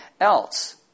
else